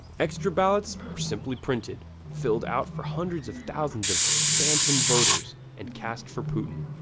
extra ballots were simply printed, filled out for hundreds of thousands of phantom voters, and cast for putin.